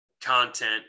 content